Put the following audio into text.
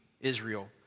Israel